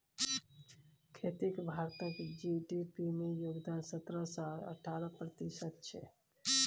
खेतीक भारतक जी.डी.पी मे योगदान सतरह सँ अठारह प्रतिशत छै